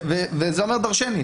וזה אומר דרשני.